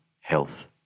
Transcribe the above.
Health